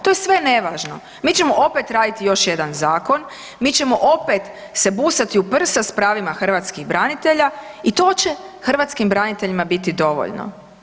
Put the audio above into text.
To je sve nevažno, mi ćemo opet raditi još jedan zakon, mi ćemo opet se busati o prsa s pravima hrvatskih branitelja i to će hrvatskim braniteljima biti dovoljno.